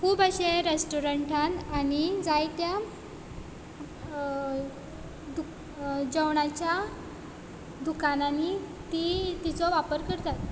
खूब अशे रेस्टॉरंटान आनी जायत्या जेवणाच्या दुकानांनीं ती तिचो वापर करतात